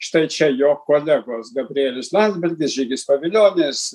štai čia jo kolegos gabrielius landsbergis žygis pavilionis